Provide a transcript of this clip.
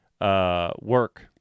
work